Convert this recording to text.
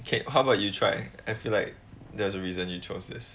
okay how about you try I feel like there's a reason you chose this